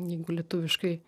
jeigu lietuviškai